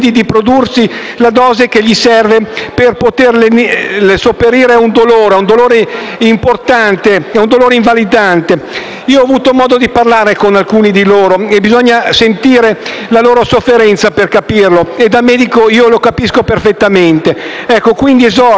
per sopperire a un dolore, un dolore importante e invalidante. Io ho avuto modo di parlare con alcuni di questi malati. Bisogna sentire la loro sofferenza per capirlo e, da medico, io lo capisco perfettamente. Esorto davvero tutti a votare